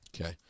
Okay